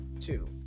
two